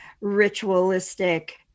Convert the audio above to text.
ritualistic